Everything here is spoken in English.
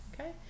okay